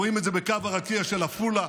רואים את זה בקו הרקיע של עפולה.